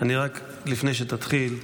רק לפני שתתחיל,